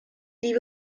die